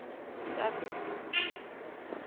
चार सौ